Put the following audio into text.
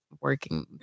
working